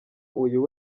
uyu